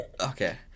okay